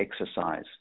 exercise